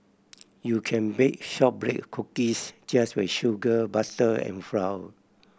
you can bake shortbread cookies just with sugar butter and flour